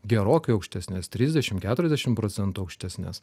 gerokai aukštesnės trisdešim keturiasdešim procentų aukštesnes